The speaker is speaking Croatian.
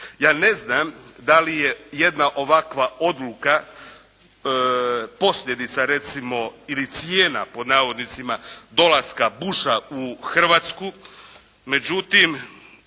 Ja ne znam da li je jedna ovakva odluka posljedica recimo ili cijena, pod navodnicima dolaska Busha u Hrvatsku, međutim,